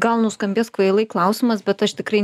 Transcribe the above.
gal nuskambės kvailai klausimas bet aš tikrai